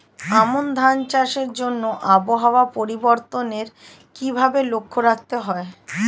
আমন ধান চাষের জন্য আবহাওয়া পরিবর্তনের কিভাবে লক্ষ্য রাখতে হয়?